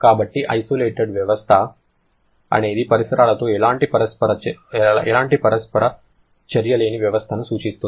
కాబట్టి ఐసోలేటెడ్ వ్యవస్థ అనేది పరిసరాలతో ఎలాంటి పరస్పర చర్య లేని వ్యవస్థను సూచిస్తుంది